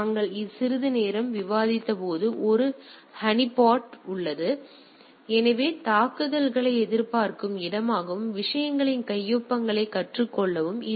நாங்கள் சிறிது நேரம் விவாதித்தபோது ஒரு ஹனிபாட் உள்ளது எனவே நீங்கள் தாக்குதல்களை எதிர்பார்க்கும் இடமாகவும் விஷயங்களின் கையொப்பங்களைக் கற்றுக்கொள்ளவும் இது ஒரு இடமாகும்